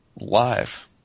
live